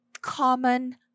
common